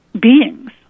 beings